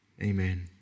amen